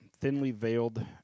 thinly-veiled